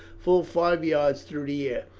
full five yards through the air.